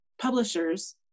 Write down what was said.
publishers